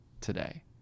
today